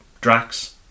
Drax